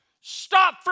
stop